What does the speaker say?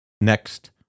next